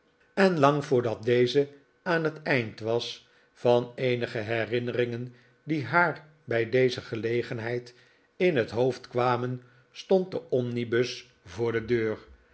en lang voordat deze aan het eind was van eenige herinneringen die haar bij deze gelegen heid in het hoofd kwamen stohd de omnibus voor de deur